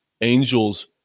Angels